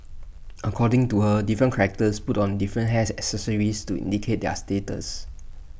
according to her different characters put on different hair accessories to indicate their status